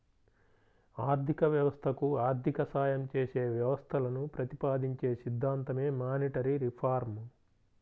ఆర్థిక వ్యవస్థకు ఆర్థిక సాయం చేసే వ్యవస్థలను ప్రతిపాదించే సిద్ధాంతమే మానిటరీ రిఫార్మ్